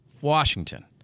Washington